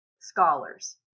scholars